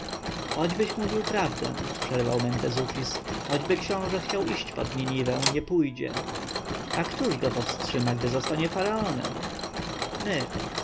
choćbyś mówił prawdę przerwał mentezufis choćby książę chciał iść pod niniwę nie pójdzie a któż go powstrzyma gdy zostanie faraonem my